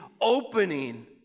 opening